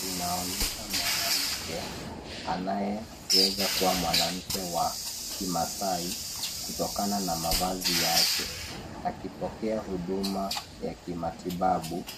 Inaonyesha mwanamke anayeweza kuwa mwanamke wa kimaasai kutokana na mavazi yake akipokea huduma ya kimatibabu